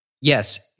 yes